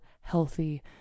healthy